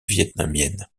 vietnamiennes